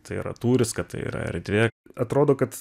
tai yra tūris kad tai yra erdvė atrodo kad